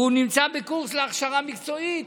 הוא נמצא בקורס להכשרה מקצועית,